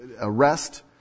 arrest